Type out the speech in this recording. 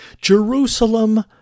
Jerusalem